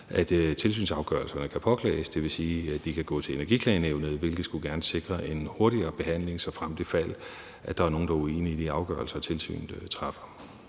at tilsynets afgørelser kan påklages. Det vil sige, at de kan gå til Energiklagenævnet, hvilket gerne skulle sikre en hurtigere behandling, såfremt og ifald der er nogen, der er uenige i de afgørelser, tilsynet træffer.